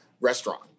restaurant